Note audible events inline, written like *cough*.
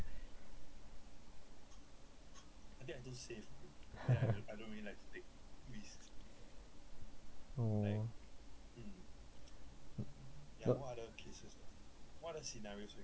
*laughs* oh no